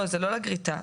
זה לא לגריטה.